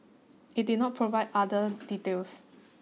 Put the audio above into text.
it did not provide other details